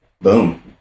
boom